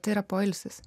tai yra poilsis